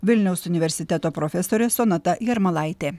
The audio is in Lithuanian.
vilniaus universiteto profesorė sonata jarmalaitė